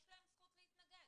יש להם זכות להתנגד.